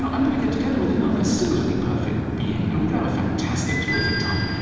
i'm going to get together with another similarly perfect being, and we can have a fantastic, terrific time.